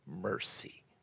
mercy